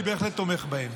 ואני בהחלט תומך בהם.